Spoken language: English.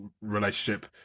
relationship